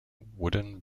wooden